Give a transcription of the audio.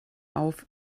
auf